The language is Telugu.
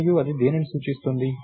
మరియు అది దేనిని సూచిస్తుంది